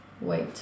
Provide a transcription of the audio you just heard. wait